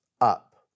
up